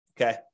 okay